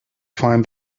find